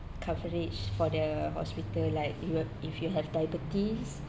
coverage for the hospital like if you have if you have diabetes